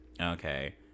Okay